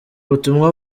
butumwa